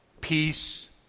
peace